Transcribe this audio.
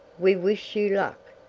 we wish you luck,